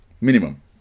Minimum